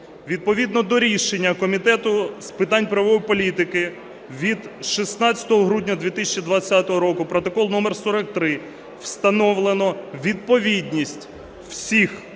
Відповідно до рішення Комітету з питань правової політики від 16 грудня 2020 року (протокол номер 43) встановлено відповідність усіх